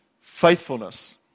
Faithfulness